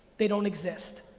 they don't exist.